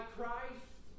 Christ